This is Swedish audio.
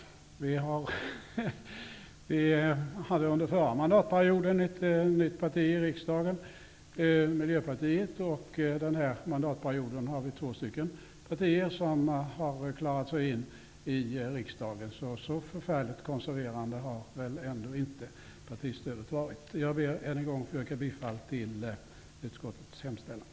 Vi hade under förra mandatperioden ett nytt parti i riksdagen, Miljöpartiet, och den här mandatperioden är det två partier som klarat sig in i riksdagen. Så förfärligt konserverande har väl ändå inte partistödet varit. Jag ber än en gång att få yrka bifall till utskottets hemställan.